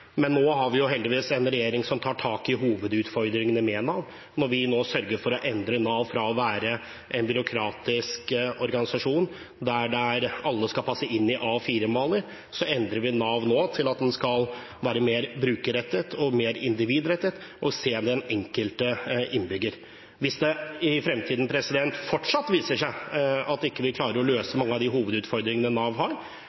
Men nå har vi heldigvis en regjering som tar tak i hovedutfordringene med Nav når vi nå sørger for å endre Nav fra å være en byråkratisk organisasjon, der alle skal passe inn i A4-malen, til å være mer brukerrettet og mer individrettet og se den enkelte innbygger. Hvis det i fremtiden fortsatt viser seg at vi ikke klarer å løse